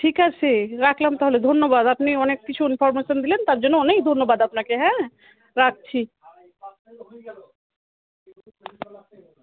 ঠিক আছে রাখলাম তাহলে ধন্যবাদ আপনি অনেক কিছু ইনফরমেশান দিলেন তার জন্য অনেক ধন্যবাদ আপনাকে হ্যাঁ রাখছি